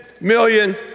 million